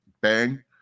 bang